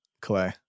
Clay